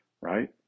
right